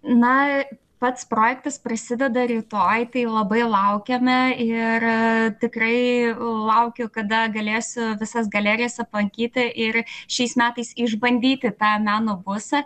na pats projektas prasideda rytoj tai labai laukiame ir tikrai laukiu kada galėsiu visas galerijas aplankyti ir šiais metais išbandyti tą meno busą